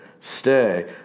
Stay